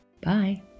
Bye